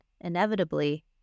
inevitably